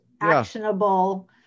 actionable